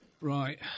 right